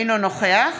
אינו נוכח